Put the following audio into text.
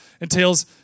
entails